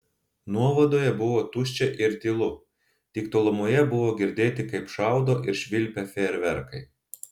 nuovadoje buvo tuščia ir tylu tik tolumoje buvo girdėti kaip šaudo ir švilpia fejerverkai